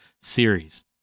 series